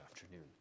afternoon